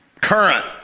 Current